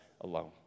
alone